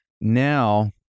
Now